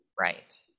right